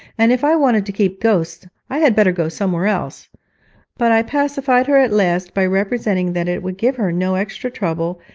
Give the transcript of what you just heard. and if i wanted to keep ghosts, i had better go somewhere else but i pacified her at last by representing that it would give her no extra trouble,